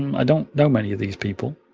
i don't know many of these people,